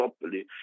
properly